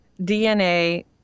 DNA